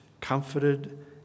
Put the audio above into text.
comforted